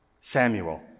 Samuel